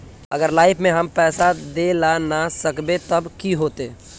अगर लाइफ में हम पैसा दे ला ना सकबे तब की होते?